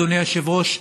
אדוני היושב-ראש,